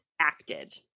acted